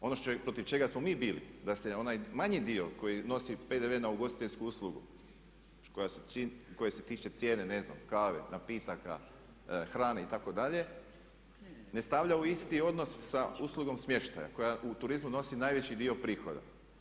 Ono protiv čega smo mi bili da se onaj manji dio koji nosi PDV na ugostiteljsku uslugu koja se tiče cijene ne znam kave, napitaka, hrane itd. ne stavlja u isti odnos sa uslugom smještaja koja u turizmu nosi najveći dio prihoda.